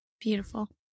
Beautiful